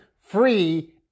free